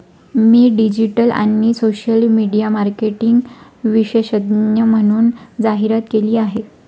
मी digital आणि social media marketing विशेषज्ञ म्हणून जाहिरात केली आहे